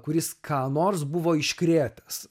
kuris ką nors buvo iškrėtęs